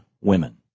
women